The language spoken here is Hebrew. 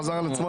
חזר על עצמו,